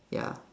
ya